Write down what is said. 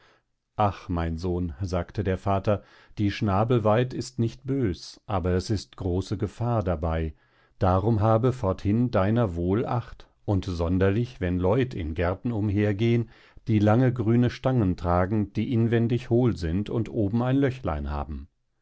ach mein sohn sagte der vater die schnabelweid ist nicht bös aber es ist große gefahr dabei darum habe forthin deiner wohl acht und sonderlich wenn leut in gärten umher gehn die lange grüne stangen tragen die inwendig hohl sind und oben ein löchlein haben